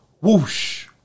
Whoosh